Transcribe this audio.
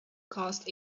cost